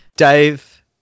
Dave